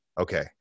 Okay